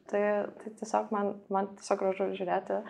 tai tai tiesiog man man tiesiog gražu žiūrėti